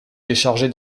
déchargé